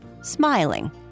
smiling